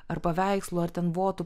ar paveikslų ar ten votų